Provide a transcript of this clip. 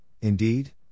indeed